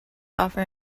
offer